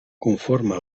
conforme